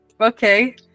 Okay